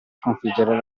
sconfiggere